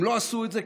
הם לא עשו את זה,